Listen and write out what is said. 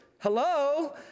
Hello